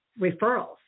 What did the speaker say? referrals